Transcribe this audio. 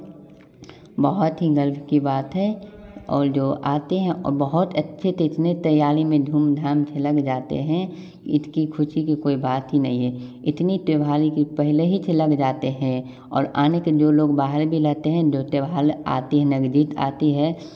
बहुत ही गर्व की बात है और जो आते हैं बहुत अच्छे इतने तैयारी में धूम धाम से लग जाते हैं इसकी ख़ुशी की कोई और बात ही नहीं है इतनी त्योहार की पहले ही से लग जाते हैं और आने के जो लोग बाहर रहते है जो त्योहार आती ही नज़दीक आती हैं